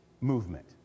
movement